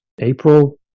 April